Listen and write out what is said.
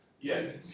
Yes